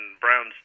Browns